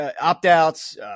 opt-outs